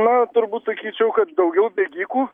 na turbūt sakyčiau kad daugiau bėgikų